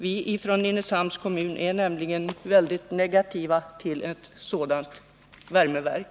Vi i Nynäshamns kommun är nämligen mycket negativa till ett sådant värmeverk.